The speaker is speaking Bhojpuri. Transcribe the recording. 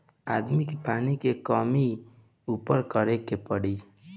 आदमी के पानी के कमी क उपाय करे के पड़ी